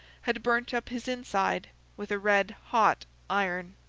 had burnt up his inside with a red-hot iron.